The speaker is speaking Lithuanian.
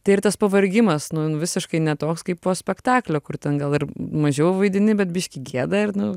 tai ir tas pavargimas nu nu visiškai ne toks kaip po spektaklio kur ten gal ir mažiau vaidini bet biškį gėda ir nu